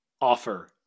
offer